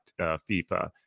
FIFA